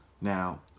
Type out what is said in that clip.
Now